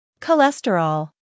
Cholesterol